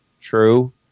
True